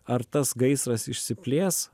ar tas gaisras išsiplės